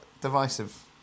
divisive